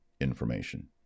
information